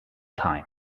time